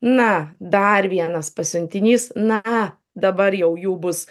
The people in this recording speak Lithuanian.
na dar vienas pasiuntinys na dabar jau jų bus